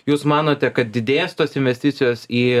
jūs manote kad didės tos investicijos į